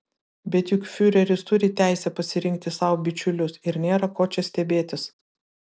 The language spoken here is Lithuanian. bet juk fiureris turi teisę pasirinkti sau bičiulius ir nėra ko čia stebėtis